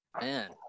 Man